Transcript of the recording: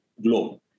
globe